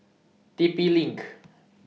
T P LINK